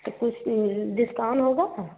तो कुछ डिस्काउंट होगा